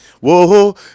Whoa